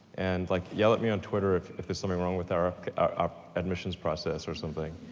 and like yell at me on twitter if if there's something wrong with our ah ah admissions process or something.